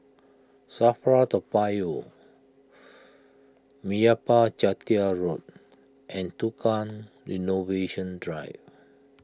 Safra Toa Payoh Meyappa Chettiar Road and Tukang Innovation Drive